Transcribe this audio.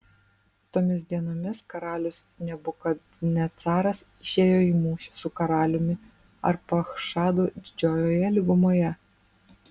tomis dienomis karalius nebukadnecaras išėjo į mūšį su karaliumi arpachšadu didžiojoje lygumoje